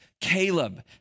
Caleb